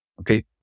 okay